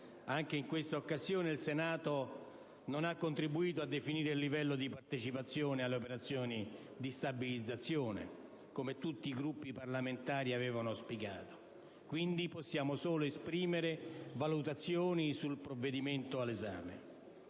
anche in quest'occasione il Senato non ha contribuito a definire il livello di partecipazione alle operazioni di stabilizzazione, come pure tutti i Gruppi parlamentari avevano auspicato. Quindi, possiamo solo esprimere valutazioni sul decreto-legge in esame.